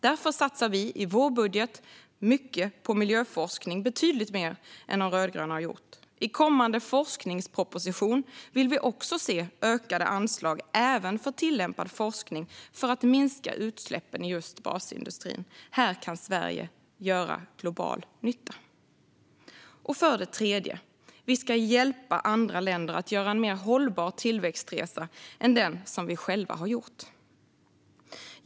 Därför satsar vi mycket i vår budget på miljöforskning, betydligt mer än de rödgröna har gjort. I kommande forskningsproposition vill vi också se ökade anslag, även för tillämpad forskning, för att minska utsläppen i just basindustrin. Här kan Sverige göra verklig global nytta. För det tredje ska vi hjälpa andra länder att göra en mer hållbar tillväxtresa än den vi själva har gjort.